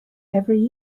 every